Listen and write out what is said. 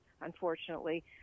unfortunately